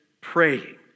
praying